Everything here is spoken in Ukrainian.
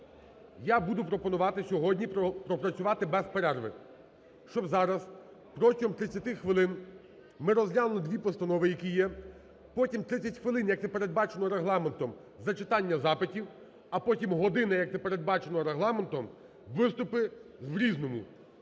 Я буду пропонувати сьогодні пропрацювати без перерви, щоб зараз протягом 30 хвилин ми розглянули дві постанови, які є, потім 30 хвилин, як і передбачено Регламентом, зачитання запитів, а потім година, як це передбачено Регламентом, виступи в "Різному",